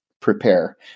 prepare